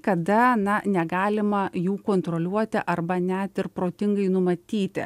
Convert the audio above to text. kada na negalima jų kontroliuoti arba net ir protingai numatyti